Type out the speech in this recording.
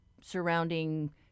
surrounding